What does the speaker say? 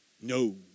No